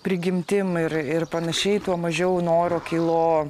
prigimtim ir ir panašiai tuo mažiau noro kilo